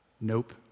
Nope